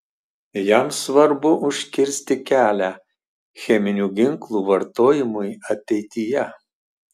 jam svarbu užkirsti kelią cheminių ginklų vartojimui ateityje